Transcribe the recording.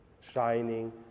shining